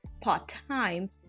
part-time